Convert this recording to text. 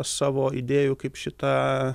savo idėjų kaip šita